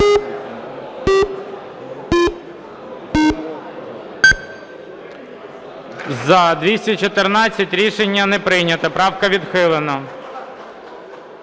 За-214 Рішення не прийнято. Правка відхилена.